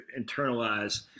internalize